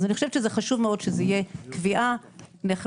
אני חושבת שחשוב מאוד שזאת תהיה קביעה נחרצת.